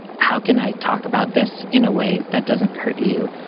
how can i talk about this in a way that doesn't hurt you?